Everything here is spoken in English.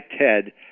Ted